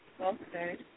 Okay